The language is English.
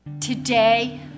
Today